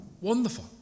Wonderful